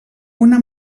una